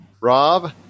rob